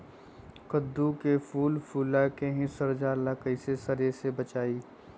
कददु के फूल फुला के ही सर जाला कइसे सरी से बचाई?